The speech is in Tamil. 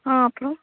ஆ அப்புறம்